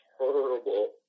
terrible